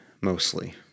mostly